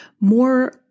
more